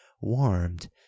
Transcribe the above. warmed